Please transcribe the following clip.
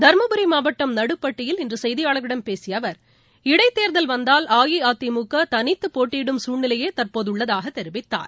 தர்மபுரி மாவட்டம் நடுப்பட்டியில் இன்று செய்தியாளர்களிடம் பேசிய அவர் இடைத் தேர்தல் வந்தால் அஇஅதிமுக தனித்து போட்டியிடும் சூழ்நிலையே தற்போதுள்ளதாக தெரிவித்தார்